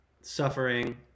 suffering